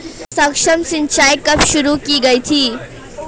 सूक्ष्म सिंचाई कब शुरू की गई थी?